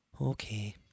Okay